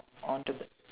on to the